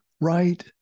right